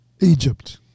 Egypt